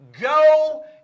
go